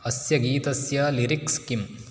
अस्य गीतस्य लिरिक्स् किम्